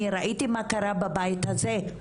אני ראיתי מה קרה בבית הזה,